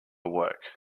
work